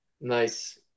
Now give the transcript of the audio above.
Nice